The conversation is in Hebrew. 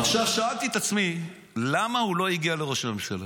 שאלתי את עצמי, למה הוא לא הגיע לראש הממשלה?